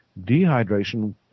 dehydration